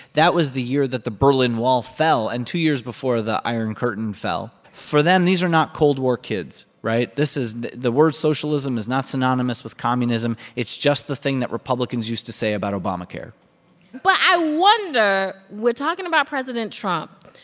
that was the year that the berlin wall fell and two years before the iron curtain fell. for them, these are not cold war kids, right? this is the word socialism is not synonymous with communism. it's just the thing that republicans used to say about obamacare but i wonder we're talking about president trump.